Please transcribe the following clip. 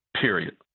period